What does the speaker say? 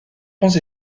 ponts